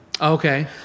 Okay